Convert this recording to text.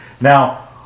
Now